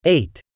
Eight